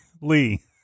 Lee